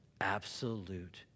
absolute